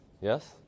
Yes